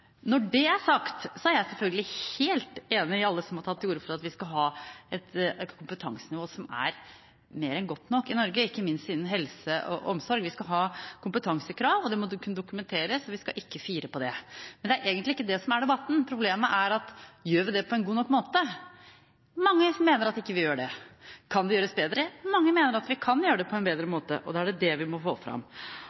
Når det er sagt, er jeg selvfølgelig helt enig med alle som har tatt til orde for at vi skal ha et kompetansenivå som er mer enn godt nok i Norge, ikke minst innen helse og omsorg. Vi skal ha kompetansekrav, og det må man kunne dokumentere. Vi skal ikke fire på det. Men det er egentlig ikke det som er debatten. Problemet er: Gjør vi det på en god nok måte? Mange mener at ikke vi gjør det. Kan det gjøres bedre? Mange mener at vi kan gjøre det på en bedre